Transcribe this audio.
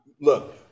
look